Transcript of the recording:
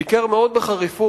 ביקר מאוד בחריפות